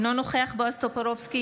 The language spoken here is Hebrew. אינו נוכח בועז טופורובסקי,